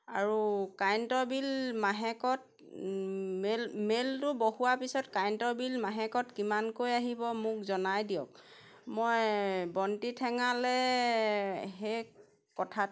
আৰু কাৰেণ্টৰ বিল মাহেকত মেল মেলটো বহোৱাৰ পিছত কাৰেণ্টৰ বিল মাহেকত কিমানকৈ আহিব মোক জনাই দিয়ক মই বন্তি ঠেঙালে সেই কথাত